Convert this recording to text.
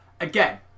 again